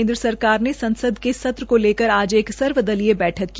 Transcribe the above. केन्द्र सरकार ने संसद के सत्र को लेकर आज एक सर्वदलीय बैठक की